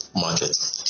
market